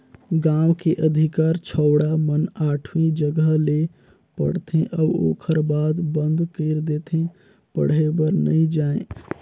गांव के अधिकार छौड़ा मन आठवी जघा ले पढ़थे अउ ओखर बाद बंद कइर देथे पढ़े बर नइ जायें